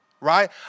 right